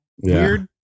weird